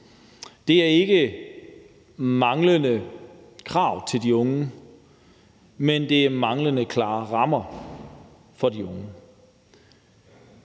– ikke er manglende krav til de unge, men manglende klare rammer for de unge.